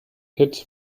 kids